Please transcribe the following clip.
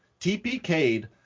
TPK'd